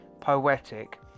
poetic